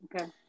Okay